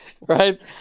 right